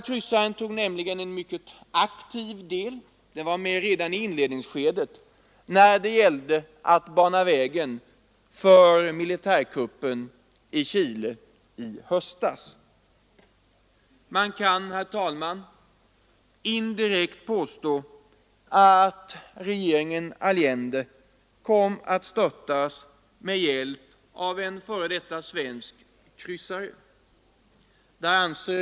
Kryssaren tog en aktiv del i inledningsskedet när det gällde att bana vägen för militärregeringen i Chile i höstas. Man kan, herr talman, konstatera att regeringen Allende bl.a. kom att störtas med hjälp av en före detta svensk kryssare.